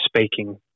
speaking